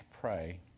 pray